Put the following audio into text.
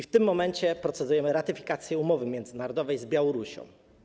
W tym momencie procedujemy nad ratyfikacją umowy międzynarodowej z Białorusią.